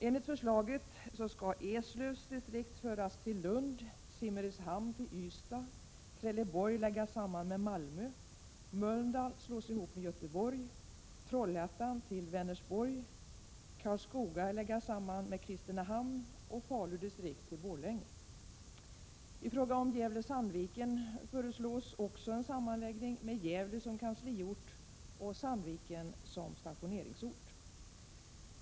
Enligt förslaget skall Eslövs distrikt föras till Lunds och Simrishamns distrikt till Ystads, Trelleborgs distrikt läggas samman med Malmödistriktet, Mölndals distrikt slås ihop med Göteborgs, Trollhättans distrikt föras till Vänersborgs, Karlskoga distriktet läggas samman med Kristinehamns och Falu distrikt föras till Borlänge distriktet. I fråga om Gävle-Sandviken föreslås också en sammanläggning med Gävle som kansliort och Sandviken som stationeringsort.